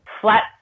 flat